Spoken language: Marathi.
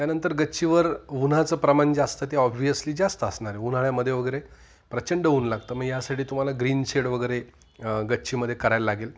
त्यानंतर गच्चीवर उन्हाचं प्रमाण जास्त ते ऑब्वियसली जास्त असणारे उन्हाळ्यामध्ये वगैरे प्रचंड ऊन लागतं मग यासाठी तुम्हाला ग्रीन शेड वगैरे गच्चीमध्ये करायला लागेल